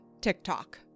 TikTok